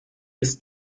ist